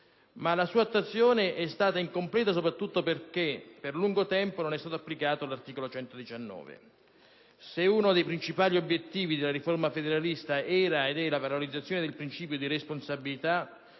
ma la sua attuazione è stata incompleta soprattutto perché, per lungo tempo, non è stato applicato l'articolo 119 della Costituzione. Se uno dei principali obiettivi della riforma federalista era ed è la valorizzazione del principio di responsabilità,